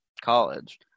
college